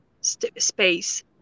space